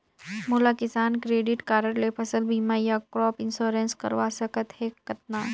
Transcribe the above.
मोला Kisan credit card ले फसल बीमा या क्रॉप इंश्योरेंस करवा सकथ हे कतना?